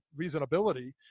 reasonability